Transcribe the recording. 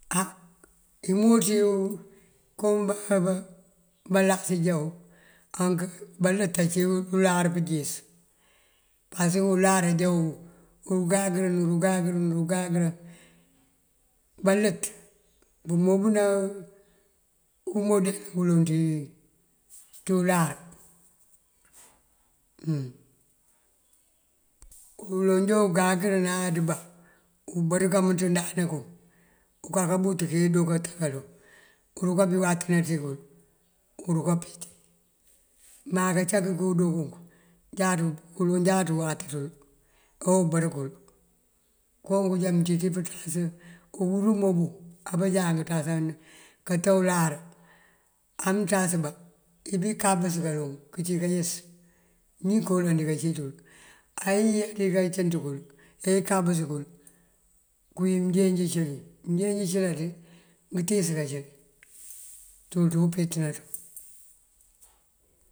Á imunţi yun koŋ balas já unk balët ací uláar pënjíis pasëk uláar unjá ungáangërën ungáangërën ungáangërën. Balët bëmoobëna umodul uloŋ ţí uláar. Uloŋ já ungáangërina andëbá ubër kamënţandana kun unkaka bunt keendo kato kaloŋ, urunkabí watëna ţinkël uruka pit. Má kacak wundunk jáaţ, uloŋ jáat buwat ţël awumbër kël. Koonk ujá mëncínţí pënţas ubúrú moobu, abajá ţasan kato uláar amënţas mbá imbí kankës kaloŋ këcí káayës ní koloŋ dí kancí ţul. Ayër dí kancíinţ kël ekankës kul këwín mënjeenj cí dël. Mënjeenj cëlaţí ngëntíis kacëli ţul ţí umpíintëna ţun.